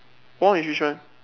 war is which one